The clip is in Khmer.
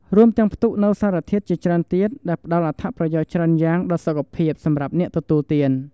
រួមទាំងផ្ទុកនូវសារធាតុជាច្រើនទៀត ដែលផ្ដល់អត្ថប្រយោជន៍ច្រើនយ៉ាងដល់សុខភាពសម្រាប់អ្នកទទួលទាន។